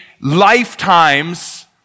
lifetimes